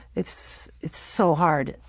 it's it's so hard.